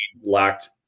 lacked